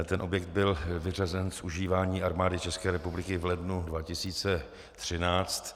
Ten objekt byl vyřazen z užívání Armády České republiky v lednu 2013.